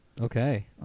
Okay